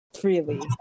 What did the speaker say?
freely